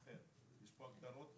יש פה הגדרות.